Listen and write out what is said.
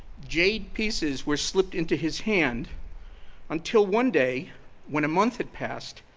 jade pieces were slipped into his hand until one day when a month had passed,